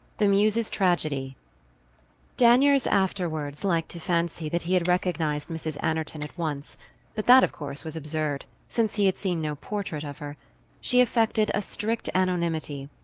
the muse's tragedy danyers afterwards liked to fancy that he had recognized mrs. anerton at once but that, of course, was absurd, since he had seen no portrait of her she affected a strict anonymity,